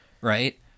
right